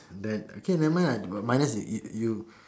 then okay never mind lah minus you